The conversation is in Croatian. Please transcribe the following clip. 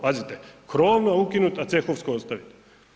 Pazite krovno ukinuti a cehovsko ostaviti.